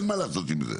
אין מה לעשות עם זה.